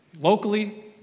Locally